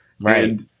Right